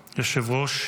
ייכנס,